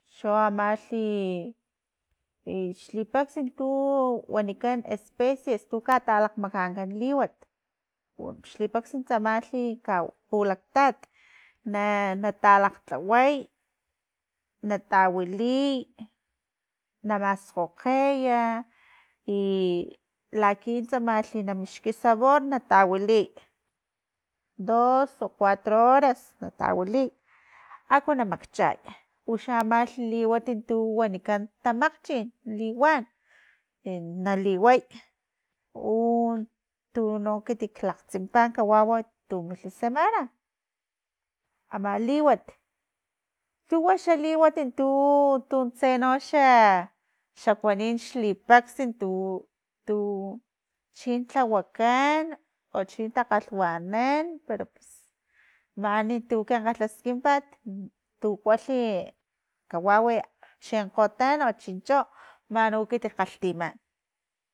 Cho amalhi i xlipakx tu wanikan especies tu katalakgmakankan liwat xli pax tsamalhi kau pulaktat na- na talakglhaway na tawiliy na maskgokgeya i lakilh stamalilh na mixki saboy na tawiliy, dos o cuatro horas na tawuliy, aku na makchay uxa amalh liwat tu wanikan tamakgchin liwan na liway un tu no ekit lakgtsimpa kawau tu milha semana ama liwat lhuwa xa liwat tu- tun tse noxe xe kuani xi paks tu tu chin lhawakan o chin takgalwanan pero pus mani tun kin kgalhaskimpat tu kualhi kawawi chin kgotan o chincho man u ekit kgatlhtiman.